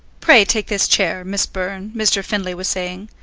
pray take this chair, miss byrne, mr. findlay was saying.